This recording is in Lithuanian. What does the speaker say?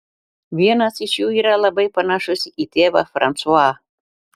vienas iš jų yra labai panašus į tėvą fransuą